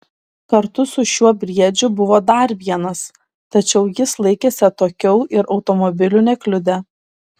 kartu su šiuo briedžiu buvo dar vienas tačiau jis laikėsi atokiau ir automobilių nekliudė